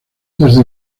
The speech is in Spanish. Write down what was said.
desde